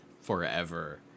forever